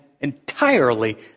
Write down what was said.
entirely